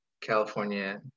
California